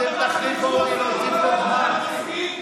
אתם תכריחו אותי להוסיף לו זמן.